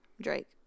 Drake